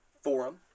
forum